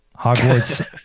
Hogwarts